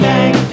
Bang